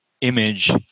image